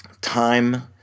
Time